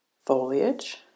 foliage